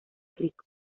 rico